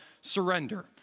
surrender